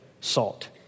salt